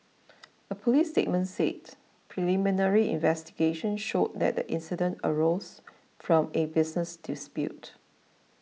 a police statement said preliminary investigations showed that the incident arose from a business dispute